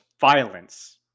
Violence